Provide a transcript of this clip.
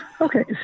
Okay